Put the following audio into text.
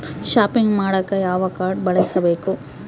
Shopping ಮಾಡಾಕ ಯಾವ card ಬಳಸಬೇಕು?